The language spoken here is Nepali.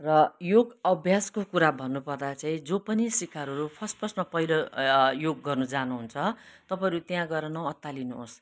र योग अभ्यासको कुरो भन्नु पर्दा चाहिँ जो पनि सिकारुहरू फर्स्ट फर्स्टमा पहिलो योग गर्नु जानुहुन्छ तपाईँहरू त्यहाँ गएर नअत्तालिनुहोस्